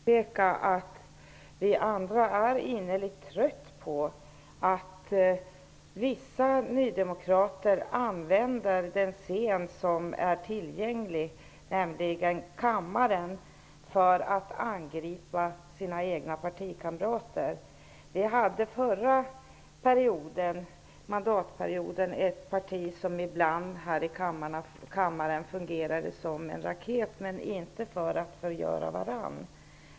Herr talman! Jag vill för Stefan Kihlberg påpeka att vi andra är innerligt trötta på att vissa nydemokrater använder den scen som är tillgänglig, nämligen kammaren, för att angripa sina egna partikamrater. Vi hade förra mandatperioden ett parti i riksdagen som ibland fungerade som en raket här i kammaren, men inte för att förgöra varandra.